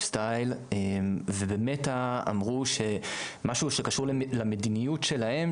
סטייל" ובאמת אמרו שמשהו שקשור למדיניות שלהם,